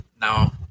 Now